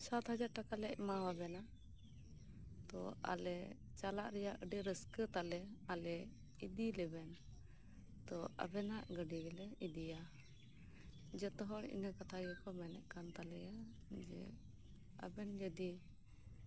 ᱥᱟᱛ ᱦᱟᱡᱟᱨ ᱴᱟᱠᱟᱞᱮ ᱮᱢᱟᱣᱟᱵᱮᱱᱟ ᱛᱳ ᱟᱞᱮ ᱪᱟᱞᱟᱜ ᱨᱮᱭᱟᱜ ᱟᱹᱰᱤ ᱨᱟᱹᱥᱠᱟᱹ ᱛᱟᱞᱮ ᱟᱞᱮ ᱤᱫᱤ ᱞᱮᱵᱮᱱ ᱛᱳ ᱟᱵᱮᱱᱟᱜ ᱜᱟᱹᱰᱤ ᱜᱮᱞᱮ ᱤᱫᱤᱭᱟ ᱡᱚᱛᱚ ᱦᱚᱲ ᱤᱱᱟᱹ ᱠᱟᱛᱷᱟ ᱜᱮᱠᱚ ᱢᱮᱱᱮᱫ ᱠᱟᱱ ᱛᱟᱞᱮᱭᱟ ᱟᱵᱮᱱ ᱡᱩᱫᱤ